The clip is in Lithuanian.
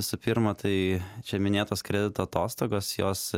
visų pirma tai čia minėtos kredito atostogos jos